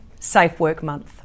SafeWorkMonth